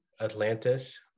Atlantis